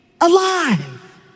alive